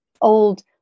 old